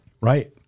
Right